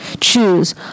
choose